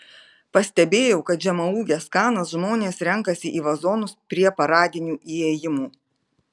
pastebėjau kad žemaūges kanas žmonės renkasi į vazonus prie paradinių įėjimų